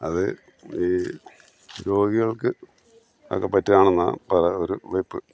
അത് ഈ രോഗികൾക്ക് അതൊക്കെ പറ്റിയതാണെന്നാണ് പഴയ ഒരു വെപ്പ്